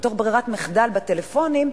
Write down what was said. בתור ברירת מחדל בטלפונים,